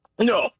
No